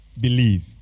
Believe